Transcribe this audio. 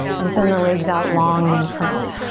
and send the legs out long and in front.